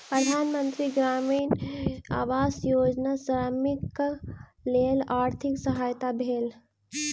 प्रधान मंत्री ग्रामीण आवास योजना श्रमिकक लेल आर्थिक सहायक भेल